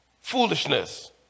Foolishness